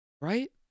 right